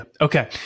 Okay